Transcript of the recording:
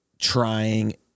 trying